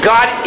God